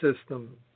system